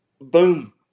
boom